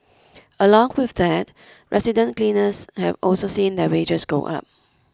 along with that resident cleaners have also seen their wages go up